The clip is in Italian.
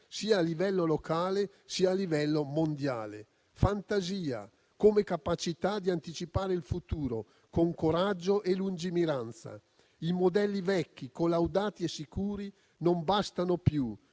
sia a livello locale sia a livello mondiale. Fantasia, come capacità di anticipare il futuro con coraggio e lungimiranza. I modelli vecchi, collaudati e sicuri, non bastano più.